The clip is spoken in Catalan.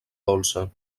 dolça